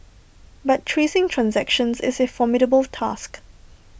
but tracing transactions is A formidable task